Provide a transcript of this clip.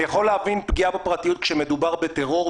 אני יכול להבין פגיעה בפרטיות כשמדובר בטרור,